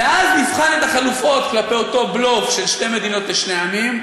ואז נבחן את החלופות כלפי אותו בלוף של שתי מדינות לשני עמים,